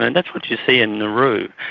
and that's what you see in nauru.